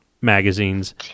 magazines